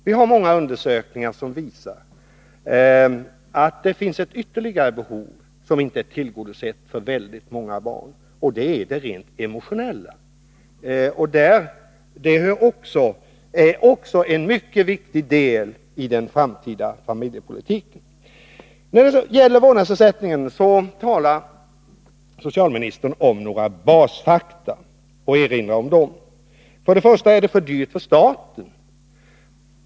Vi har många undersökningar som visar att det finns ett ytterligare behov som inte är tillgodosett för väldigt många barn, och det är det rent emotionella. Det är också en mycket viktig del i den framtida familjepolitiken. När det gäller vårdnadsersättningen erinrar socialministern om några basfakta. Han säger att det blir dyrt för staten.